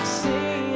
see